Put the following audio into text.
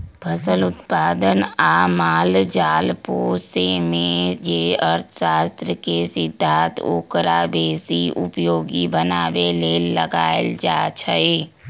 फसल उत्पादन आ माल जाल पोशेमे जे अर्थशास्त्र के सिद्धांत ओकरा बेशी उपयोगी बनाबे लेल लगाएल जाइ छइ